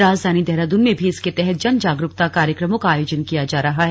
राजधानी देहरादून में भी इसके तहत जन जागरूकता कार्यक्रमों का आयोजन किया जा रहा हैं